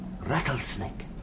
rattlesnake